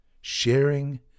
sharing